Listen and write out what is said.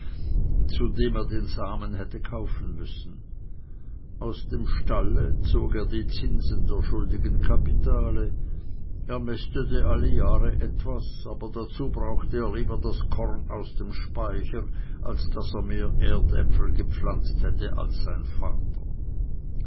dem er den samen hätte kaufen müssen aus dem stalle zog er die zinsen der schuldigen kapitale er mästete alle jahre etwas aber dazu brauchte er lieber das korn aus dem speicher als daß er mehr erdäpfel gepflanzt hätte als sein vater